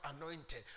anointed